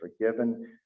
forgiven